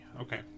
okay